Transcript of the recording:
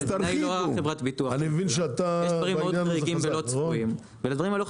יש דברים חריגים ולא צפויים.